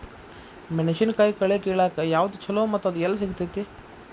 ಮೆಣಸಿನಕಾಯಿ ಕಳೆ ಕಿಳಾಕ್ ಯಾವ್ದು ಛಲೋ ಮತ್ತು ಅದು ಎಲ್ಲಿ ಸಿಗತೇತಿ?